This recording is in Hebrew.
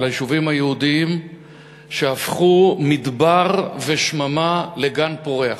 של היישובים היהודיים שהפכו מדבר ושממה לגן פורח.